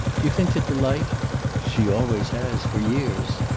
do you think that delight she always has. for years.